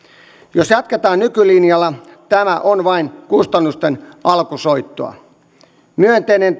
jos jatketaan nykylinjalla tämä on vain kustannusten alkusoittoa myönteinen